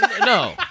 no